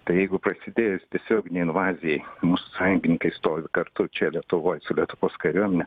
tai jeigu prasidėjus tiesioginei invazijai mūsų sąjungininkai stovi kartu čia lietuvoj su lietuvos kariuomene